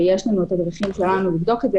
ויש לנו את הדרכים שלנו לבדוק את זה.